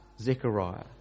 Zechariah